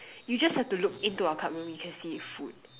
you just have to look into our club room you can see food